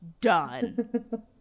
done